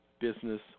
Business